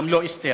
גם לא אסתר.